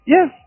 Yes